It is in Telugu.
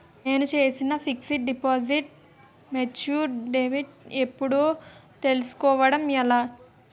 నేను చేసిన ఫిక్సడ్ డిపాజిట్ మెచ్యూర్ డేట్ ఎప్పుడో తెల్సుకోవడం ఎలా?